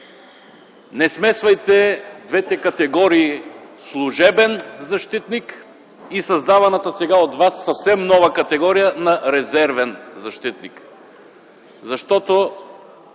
не смесвайте двете категории – служебен защитник и създаваната сега от вас съвсем нова категория на резервен защитник,